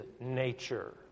nature